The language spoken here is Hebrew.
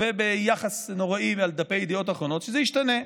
וביחס נוראי מעל דפי ידיעות אחרונות, שזה ישתנה.